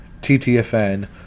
TTFN